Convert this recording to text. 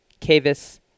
cavus